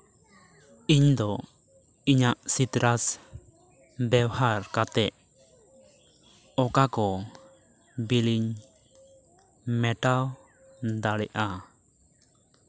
ᱤᱧ ᱫᱚ ᱤᱧᱟᱹᱜ ᱥᱤᱛᱨᱟᱥ ᱵᱮᱣᱦᱟᱨ ᱠᱟᱛᱮᱫ ᱚᱠᱟ ᱠᱚ ᱵᱤᱞ ᱤᱧ ᱢᱮᱴᱟᱣ ᱫᱟᱲᱮᱜᱼᱟ